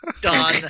Done